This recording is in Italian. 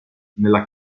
nel